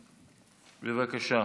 בבקשה.